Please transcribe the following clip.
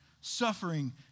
Suffering